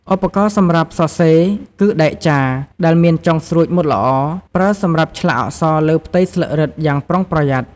ឧបករណ៍សម្រាប់សរសេរ គឺដែកចារ ដែលមានចុងស្រួចមុតល្អ ប្រើសម្រាប់ឆ្លាក់អក្សរលើផ្ទៃស្លឹករឹតយ៉ាងប្រុងប្រយ័ត្ន។